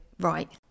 right